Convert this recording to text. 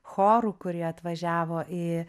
chorų kurie atvažiavo į